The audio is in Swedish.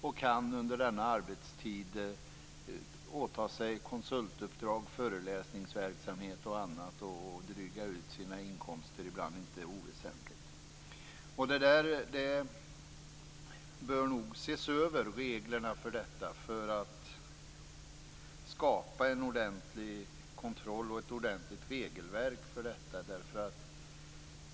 Man kan under denna arbetstid åta sig konsultuppdrag, föreläsningsverksamhet och annat för att dryga ut sina inkomster på ett ibland inte oväsentligt sätt. Reglerna för detta bör nog ses över för att skapa en ordentlig kontroll och ett ordentligt regelverk.